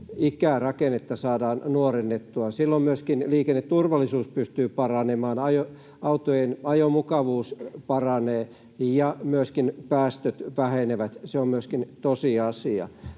ikärakennetta saadaan nuorennettua. Silloin myöskin liikenneturvallisuus pystyy paranemaan, autojen ajomukavuus paranee ja myöskin päästöt vähenevät. Se on myöskin tosiasia.